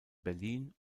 berlin